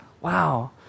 wow